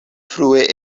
frue